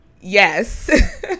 Yes